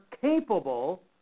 capable